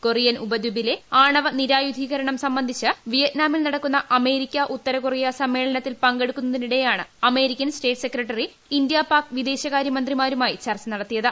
Korean ഉപദ്വീപിലെ ആണവ നിരായുധീകരണം സംബന്ധിച്ച് വിയറ്റ്നാമിൽ അമേരിക്ക ഉത്തരകൊറിയ നടക്കുന്ന സമ്മേളനത്തിൽ പങ്കെടുക്കുന്നതിനിടെയാണ് American state secretary India Pak വിദേശകാരൃമന്ത്രിമാരുമായി ചർച്ച നടത്തിയത്